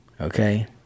okay